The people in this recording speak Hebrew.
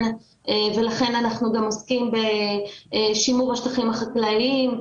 ולכן אנחנו גם עוסקים בשימור השטחים החקלאיים,